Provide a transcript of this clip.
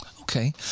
Okay